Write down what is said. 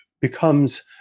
becomes